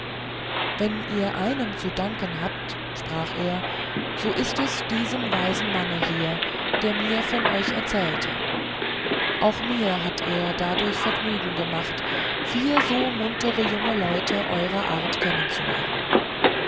wenn ihr einem zu danken habt sprach er so ist es diesem weisen mann hier der mir von euch erzählte auch mir hat er dadurch vergnügen gemacht vier so muntere junge leute eurer art kennenzulernen